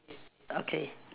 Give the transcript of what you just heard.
okay